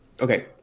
Okay